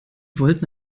wollten